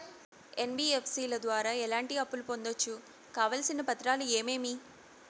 NBFC ల ద్వారా ఎట్లాంటి అప్పులు పొందొచ్చు? కావాల్సిన పత్రాలు ఏమేమి?